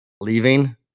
leaving